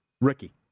Ricky